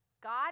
God